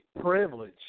privilege